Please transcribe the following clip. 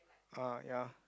ah ya